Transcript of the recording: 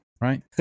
right